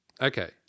okay